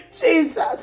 Jesus